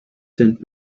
send